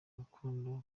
rukundo